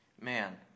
Man